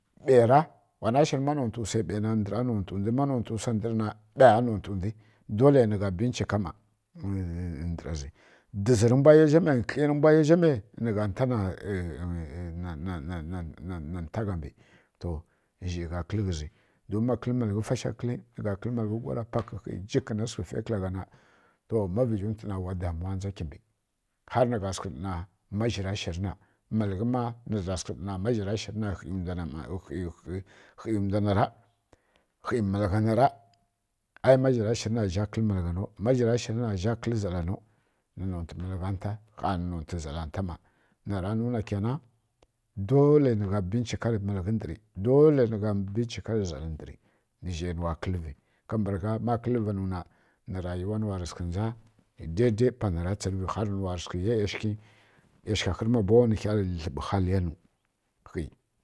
Ɓai ra wana shirǝ ma nontǝ wsa ɓai na ndǝra nontǝ ndwi ma nontǝ nwsa ndǝr na ɓai ya nontǝ ndwi dolai nǝgha binchika ˈma dolai nǝgha nǝ ndǝra zi dizi rǝmbwa ya zhamai nkli ra nǝgha nǝ na nta gha mbi to zhai gha kǝli ghǝzi don ma kǝlǝ malghi fasha kǝli nǝgha kǝl malghi wgi pakǝ kha jikǝ na sǝgh ǝ fai kǝlagha kha na to ma vǝjinwti na wa damuwa ndza kimbi har na gha sǝghǝ ɗana ma zhira shirǝ na malǝghǝ ma nǝza sǝghǝ ɗana ma zhira shǝrǝ na kha zha kǝl malgha nau ka zha kǝl ndwanau nǝ nontǝ malgha nta kha nǝ nontǝ zala nta ˈma niya ɗa nina kyanan dolai nǝ gha shiri malghi dolai nǝ gha binchikari zalǝ ndǝr zhai nuwa kǝlivi kambǝragha ma kǝllǝva nu na nǝ nrayuwa nuwa rǝ sǝghǝ ndza daidai har nǝ nuwa sǝghǝ ya ˈyashǝghi ˈyashǝgha khǝr ˈma bo nǝ kha dlǝ dlǝɓǝ haliya nu kha